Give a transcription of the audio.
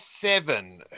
seven